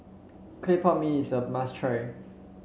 Clay Pot Mee is a must try